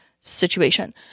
situation